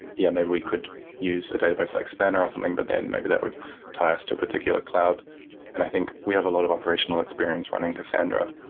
yeah, maybe we could use a database like spanner or something, but then maybe that would tie us to a particular cloud, and i think we have a lot of operational experience running cassandra.